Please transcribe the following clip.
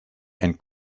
and